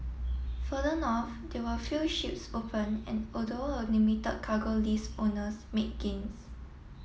further north there were few shoes open and although a limit cargo list owners made gains